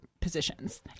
positions